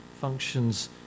functions